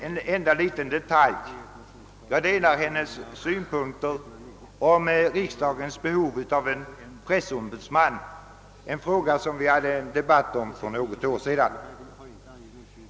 Även i fråga om riksdagens behov av en pressombudsman — en fråga som vi hade uppe till debatt för något år sedan — delar jag hennes synpunkter.